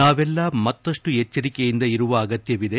ನಾವೆಲ್ಲಾ ಮತ್ತಷ್ಟು ಎಚ್ಡರಿಕೆಯಿಂದ ಇರುವ ಅಗತ್ಯವಿದೆ